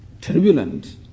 Turbulent